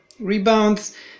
rebounds